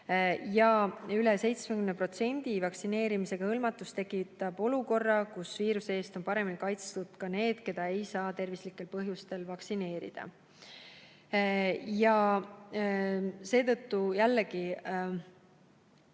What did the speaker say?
Üle 70%‑line vaktsineeritutega hõlmatus tekitab olukorra, kus viiruse eest on paremini kaitstud ka need, keda ei saa tervislikel põhjustel vaktsineerida. Seetõttu jällegi